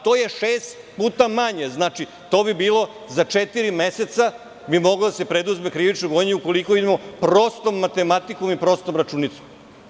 To je šest puta manje, to bi bilo za četiri meseca, moglo bi da se preduzme krivično gonjenje ukoliko idemo prostom matematikom i prostom računicom.